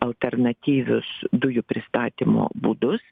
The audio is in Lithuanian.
alternatyvius dujų pristatymo būdus